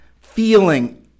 feeling